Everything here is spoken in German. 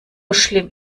schlimm